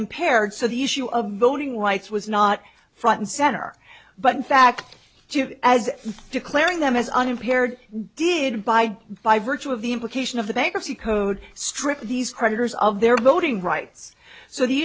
unimpaired so the issue of voting rights was not front and center but in fact just as declaring them as unimpaired did by by virtue of the implication of the bankruptcy code stripped these creditors of their voting rights so the